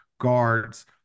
guards